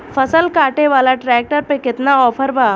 फसल काटे वाला ट्रैक्टर पर केतना ऑफर बा?